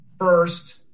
First